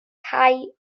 cau